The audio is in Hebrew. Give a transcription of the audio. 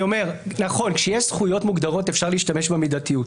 נכון, כשיש זכויות מוגדרות, אפשר להשתמש במידתיות,